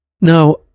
Now